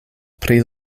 pri